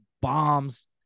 bombs